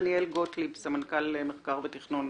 דניאל גוטליב, סמנכ"ל מחקר ותכנון